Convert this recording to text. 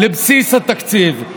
לבסיס התקציב.